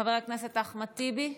חבר הכנסת אחמד טיבי,